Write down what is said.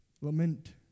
lament